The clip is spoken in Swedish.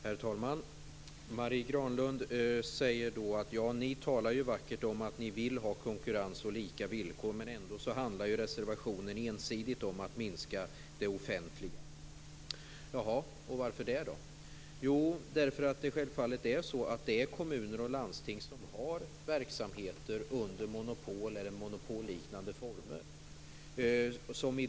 Herr talman! Marie Granlund säger: Ni talar vackert om att ni vill ha konkurrens på lika villkor. Ändå handlar reservationen ensidigt om att minska det offentliga. Jaha, och varför det då? Jo, därför att det självfallet är kommunerna och landstingen som har verksamheter under monopol eller i monopolliknande former.